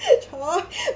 !choy!